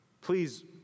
Please